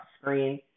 screen